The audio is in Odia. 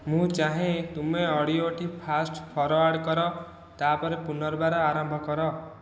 ମୁଁ ଚାହେଁ ତୁମେ ଅଡିଓଟି ଫାଷ୍ଟ ଫରୱାର୍ଡ଼ କର ତା'ପରେ ପୁନର୍ବାର ଆରମ୍ଭ କର